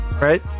right